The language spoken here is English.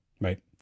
right